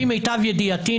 לפי מיטב ידיעתי,